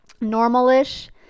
Normal-ish